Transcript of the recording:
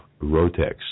Rotex